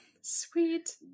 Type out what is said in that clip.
Sweet